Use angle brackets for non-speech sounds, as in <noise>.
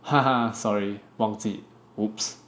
<laughs> sorry 忘记 !oops!